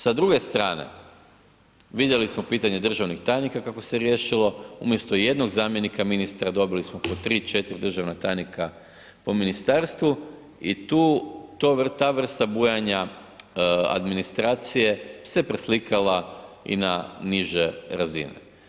Sa druge strane, vidjeli smo pitanje državnih tajnika kako se riješilo umjesto jednog zamjenika ministra dobili smo po 3, 4 državna tajnika po ministarstvu i tu, ta vrsta bujanja administracije se preslikala i na niže razine.